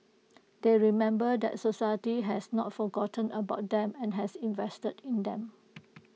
they remember that society has not forgotten about them and has invested in them